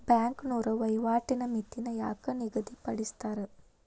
ಬ್ಯಾಂಕ್ನೋರ ವಹಿವಾಟಿನ್ ಮಿತಿನ ಯಾಕ್ ನಿಗದಿಪಡಿಸ್ತಾರ